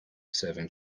serving